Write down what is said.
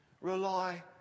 Rely